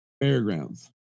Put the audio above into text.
Fairgrounds